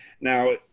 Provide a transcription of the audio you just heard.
Now